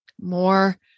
more